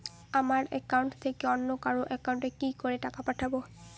আমার একাউন্ট থেকে অন্য কারো একাউন্ট এ কি করে টাকা পাঠাবো?